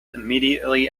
immediately